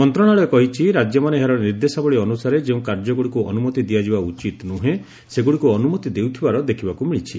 ମନ୍ତ୍ରଣାଳୟ କହିଛି ରାଜ୍ୟମାନେ ଏହାର ନିର୍ଦ୍ଦେଶାବଳୀ ଅନୁସାରେ ଯେଉଁ କାର୍ଯ୍ୟଗୁଡ଼ିକୁ ଅନୁମତି ଦିଆଯିବା ଉଚିତ ନୁହେଁ ସେଗୁଡ଼ିକୁ ଅନୁମତି ଦେଉଥିବାର ଦେଖିବାକୁ ମିଳିଛି